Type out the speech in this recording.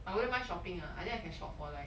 I wouldn't mind shopping ah I think I can shop for like